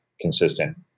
consistent